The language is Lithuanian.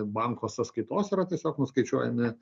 banko sąskaitos yra tiesiog nuskaičiuojami